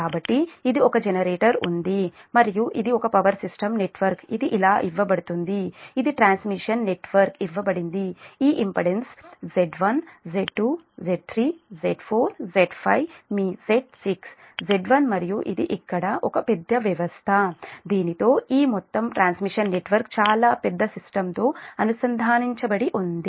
కాబట్టి ఇది ఒక జనరేటర్ ఉంది మరియు ఇది ఒక పవర్ సిస్టమ్ నెట్వర్క్ ఇది ఇలా ఇవ్వబడుతుంది ఇది ట్రాన్స్మిషన్ నెట్వర్క్ ఇవ్వబడింది ఈ impedance Z1 Z2 Z3 Z4 Z5 మీ Z6 Z1 మరియు ఇది ఇక్కడ ఒక పెద్ద వ్యవస్థ దీనితో ఈ మొత్తం ట్రాన్స్మిషన్ నెట్వర్క్ చాలా పెద్ద సిస్టమ్తో అనుసంధానించబడి ఉంది